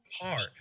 hard